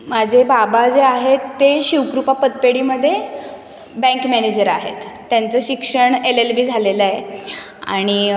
माझे बाबा जे आहेत ते शिवकृपा पतपेढीमध्ये बँक मॅनेजर आहेत त्यांचं शिक्षण एल एल बी झालेलं आहे आणि